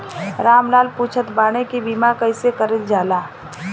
राम लाल पुछत बाड़े की बीमा कैसे कईल जाला?